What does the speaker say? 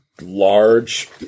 large